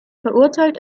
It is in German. verurteilt